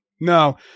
No